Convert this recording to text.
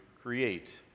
create